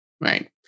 Right